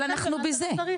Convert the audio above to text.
אבל אנחנו בזה,